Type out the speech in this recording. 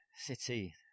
City